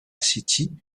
city